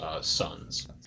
sons